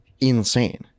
insane